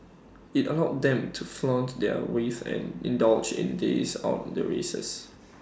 IT allowed them to flaunt their wealth and indulge in days out the races